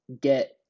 get